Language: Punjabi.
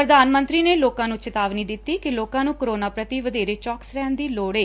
ਪ੍ਰਧਾਨ ਮੰਤਰੀ ਨੇ ਲੋਕਾਂ ਨੂੰ ਚਿਤਾਵਨੀ ਦਿੱਤੀ ਕਿ ਲੋਕਾਂ ਨੂੰ ਕੋਰੋਨਾ ਪ੍ਰਤੀ ਵਧੇਰੇ ਚੌਕਸ ਰਹਿਣ ਦੀ ਲੋੜ ਏ